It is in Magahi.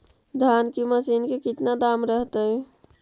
धान की मशीन के कितना दाम रहतय?